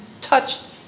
touched